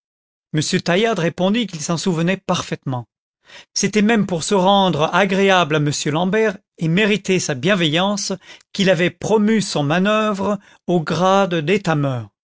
m taillade répondit qu'il s'en souvenait parfaitement c'était même pour se rendre agréable à m l'ambert et mériter sa bienveillance qu'il avait promu son manœuvre au grade